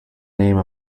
name